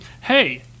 hey